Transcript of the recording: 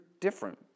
different